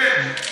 זה אפס.